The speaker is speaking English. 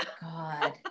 God